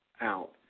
out